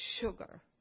sugar